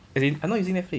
as in I'm not using netflix